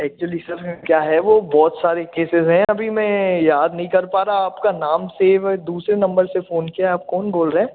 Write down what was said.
actually sir मैं क्या है वह बहुत सारे केसेस हैं अभी मैं याद नहीं कर पा रहा हूँ आपका नाम सेव दूसरे नंबर से फ़ोन किया आप कौन बोल रहे